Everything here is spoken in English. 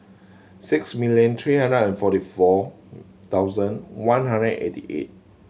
six million three hundred and forty four thousand one hundred eighty eight